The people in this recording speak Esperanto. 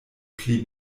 pli